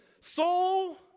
soul